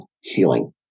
healing